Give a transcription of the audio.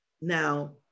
Now